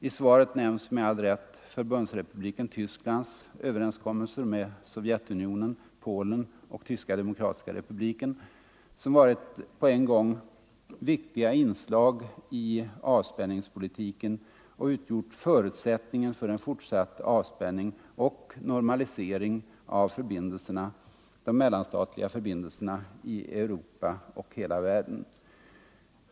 I svaret nämns med all rätt För — na bundsrepubliken Tysklands överenskommelser med Sovjetunionen, Polen och Tyska demokratiska republiken som varit på en gång viktiga inslag i avspänningspolitiken och utgjort förutsättningen för en fortsatt avspänning och normalisering av de mellanstatliga förbindelserna i Europa och hela världen.